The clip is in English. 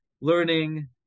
learning